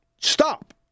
Stop